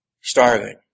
starving